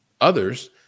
others